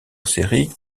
série